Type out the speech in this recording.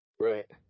Right